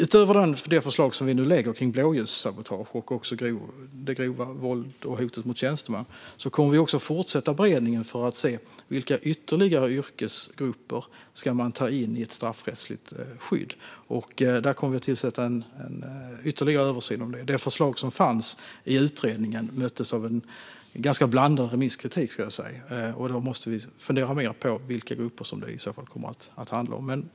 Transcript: Utöver det förslag vi nu lägger fram om blåljussabotage och grovt våld eller hot mot tjänsteman kommer vi också att fortsätta beredningen för att se vilka ytterligare yrkesgrupper som ska tas in i ett straffrättsligt skydd. Där kommer vi att tillsätta en ytterligare översyn. Det förslag som fanns i utredningen möttes av en blandad remisskritik, och då måste vi fundera mer på vilka grupper som det i så fall kommer att handla om.